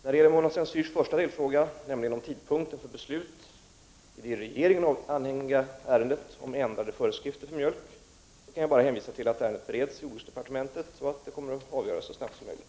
När det gäller Mona Saint Cyrs första delfråga, nämligen om tidpunkten för beslut i det regeringen anhängiga ärendet om ändrade föreskrifter för mjölk m.m., så kan jag bara hänvisa till att ärendet bereds i jordbruksdepartementet och att det kommer att avgöras så snart som möjligt.